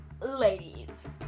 Ladies